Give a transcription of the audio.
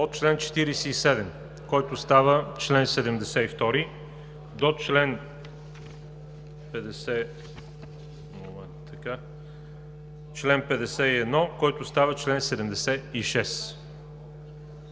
от чл. 47, който става чл. 72 до чл. 51, който става чл. 76,